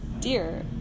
Dear